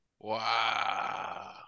Wow